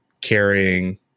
carrying